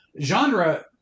Genre